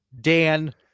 Dan